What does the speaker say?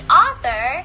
author